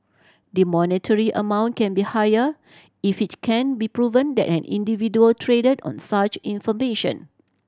the monetary amount can be higher if it can be proven that an individual traded on such information